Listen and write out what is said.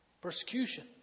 persecution